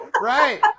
right